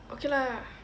okay lah